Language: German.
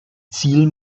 ziel